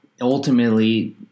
ultimately